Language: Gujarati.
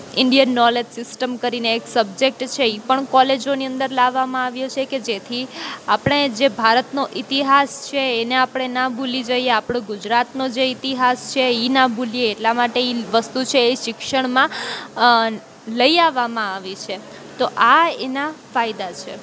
ઇંડિયન નોલેજ સિસ્ટમ કરી ને એક સબ્જેક્ટ છે એ પણ કોલેજોની અંદર લાવવામાં આવ્યો છે કે જેથી આપણે જે ભારતનો ઇતિહાસ છે એને આપણે ન ભૂલી જઈએ આપણો ગુજરાતનો જે ઇતિહાસ છે એ ન ભૂલીએ એટલાં માટે એ વસ્તુ છે એ શિક્ષણમાં લઈ આવવામાં આવી છે તો આ એનાં ફાયદા છે